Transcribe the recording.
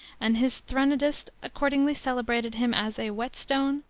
and his threnodist accordingly celebrated him as a whetstone,